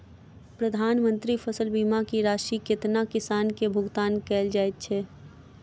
प्रधानमंत्री फसल बीमा की राशि केतना किसान केँ भुगतान केल जाइत है?